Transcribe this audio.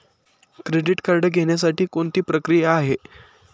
Credit card घेण्यासाठी कोणती प्रक्रिया आहे?